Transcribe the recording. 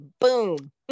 Boom